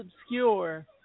obscure